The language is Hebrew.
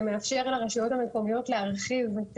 זה מאפשר לרשויות המקומיות להרחיב את